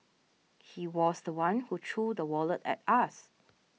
he was the one who threw the wallet at us